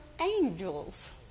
angels